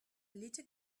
little